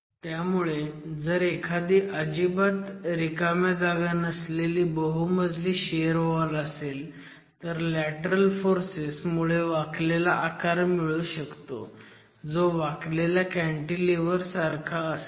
त्यामुळे जर एखादी अजिबात रिकाम्या जागा नसलेली बहुमजली शियर वॉल असेल तर लॅटरल फोर्सेस मुळे वाकलेला आकार मिळू शकतो जो वाकलेल्या कॅन्टीलिव्हर सारखा असेल